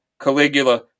Caligula